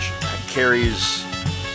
carries